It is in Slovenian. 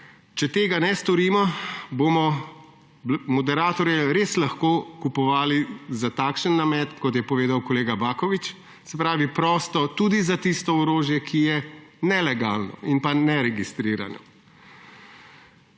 Če tega ne storimo, bomo moderatorje res lahko kupovali za takšen namen, kot je povedal kolega Baković, se pravi prosto tudi za tisto orožje, ki je nelegalno in neregistrirano.